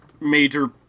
major